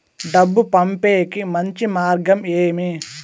డబ్బు పంపేకి మంచి మార్గం ఏమి